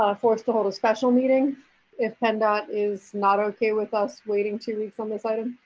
ah forced to hold a special meeting if penndot is not okay with us waiting two weeks on this item?